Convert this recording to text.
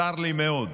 צר לי מאוד.